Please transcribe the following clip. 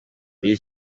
iyi